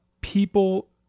people